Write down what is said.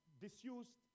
disused